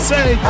Say